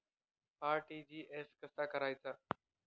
RTGS कसा करायचा?